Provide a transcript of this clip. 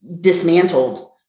dismantled